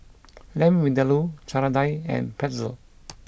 Lamb Vindaloo Chana Dal and Pretzel